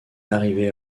arrivé